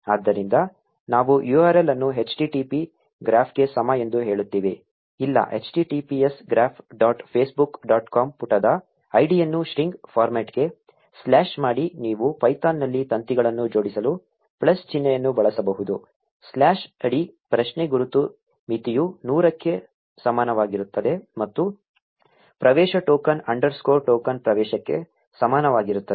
ಆದ್ದರಿಂದ ನಾವು URL ಅನ್ನು http ಗ್ರಾಫ್ಗೆ ಸಮ ಎಂದು ಹೇಳುತ್ತೇವೆ ಇಲ್ಲ https graph dot Facebook dot com ಪುಟದ ಐಡಿಯನ್ನು ಸ್ಟ್ರಿಂಗ್ ಫಾರ್ಮ್ಯಾಟ್ಗೆ ಸ್ಲ್ಯಾಷ್ ಮಾಡಿ ನೀವು ಪೈಥಾನ್ನಲ್ಲಿ ತಂತಿಗಳನ್ನು ಜೋಡಿಸಲು ಪ್ಲಸ್ ಚಿಹ್ನೆಯನ್ನು ಬಳಸಬಹುದು ಸ್ಲ್ಯಾಷ್ ಅಡಿ ಪ್ರಶ್ನೆ ಗುರುತು ಮಿತಿಯು ನೂರಕ್ಕೆ ಸಮಾನವಾಗಿರುತ್ತದೆ ಮತ್ತು ಪ್ರವೇಶ ಟೋಕನ್ ಅಂಡರ್ಸ್ಕೋರ್ ಟೋಕನ್ ಪ್ರವೇಶಕ್ಕೆ ಸಮಾನವಾಗಿರುತ್ತದೆ